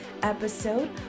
episode